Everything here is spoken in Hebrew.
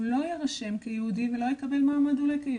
הוא לא יירשם כיהודי ולא יקבל מעמד כיהודי.